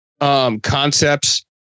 Concepts